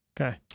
Okay